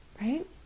right